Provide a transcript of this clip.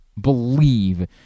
believe